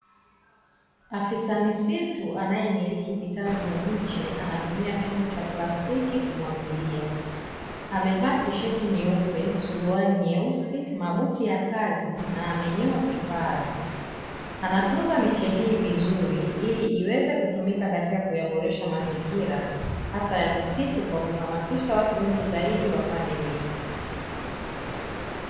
Afisa misitu anayemiliki vitalu vya miche anatumia chombo cha plastiki kumwagilia, amevaa tisheti nyeupe, suruali nyeusi, mabuti ya kazi na amenyoa kipara, anatunza miche hii vizuri ili iweze kutumika katika kuyaboresha mazingira hasa ya misitu kwa kuhamasisha watu wengi zaidi wapande miti.